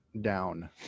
down